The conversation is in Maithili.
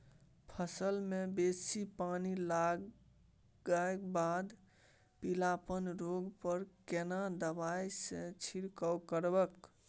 फसल मे बेसी पानी लागलाक बाद पीलापन रोग पर केना दबाई से छिरकाव करब?